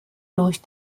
durch